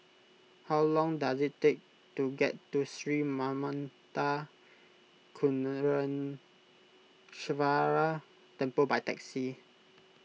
how long does it take to get to Sri Manmatha Karuneshvarar Temple by taxi